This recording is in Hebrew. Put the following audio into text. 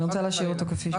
אני רוצה להשאיר אותו כפי שהוא.